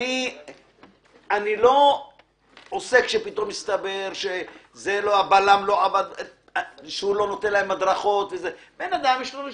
אני לא חושבת שיש לפנינו את